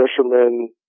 fishermen